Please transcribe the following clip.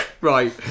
Right